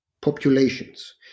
populations